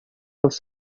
els